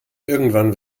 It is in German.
irgendwann